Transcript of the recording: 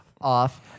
off